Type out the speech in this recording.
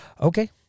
Okay